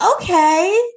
okay